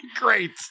Great